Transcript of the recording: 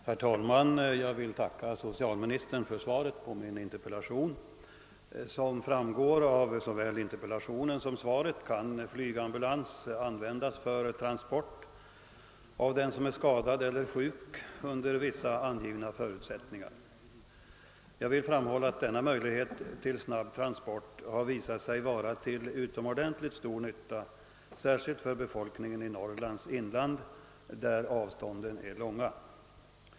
Herr talman! Jag vill tacka socialministern för svaret på min interpellation. Som framgår av såväl interpellationen som svaret kan flygambulans under vissa angivna förutsättningar användas för transport av person som är skadad eller sjuk. Jag vill framhålla att denna möjlighet till snabb transport bar visat sig vara till utomordentligt stor nytta, särskilt för befolkningen i Norrlands inland, där avstånden är långa.